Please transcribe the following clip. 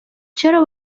چرا